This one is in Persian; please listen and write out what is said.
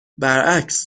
برعکس